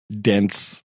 dense